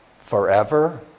Forever